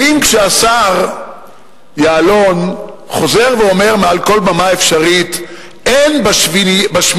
האם כשהשר יעלון חוזר ואומר מעל כל במה אפשרית: אין בשביעייה